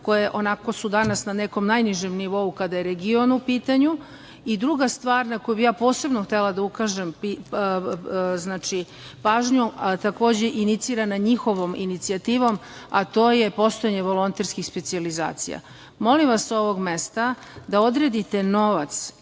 koje su danas na nekom najnižem nivou kada je region u pitanju i druga stvar na koju bih posebno htela da ukažem pažnju, a takođe inicirana njihovom inicijativom, to je postojanje volonterskih specijalizacija. Molim vas sa ovog mesta da odredite novac